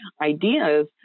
ideas